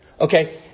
Okay